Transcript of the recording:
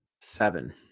Seven